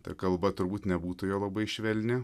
ta kalba turbūt nebūtų jo labai švelni